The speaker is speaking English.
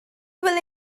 will